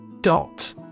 Dot